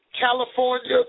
California